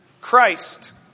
Christ